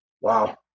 Wow